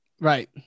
Right